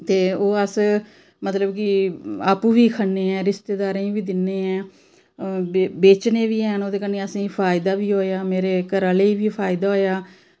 ते ओह् अस मतलब कि आपूं बी खन्नें आं रिश्तेंदारें गी बी दिन्नें आं बेचने बी ऐ ओह्दे कन्नै असें गी फायदा बी होआ ते मेरे घरै आह्ले गी बी फायदा होआ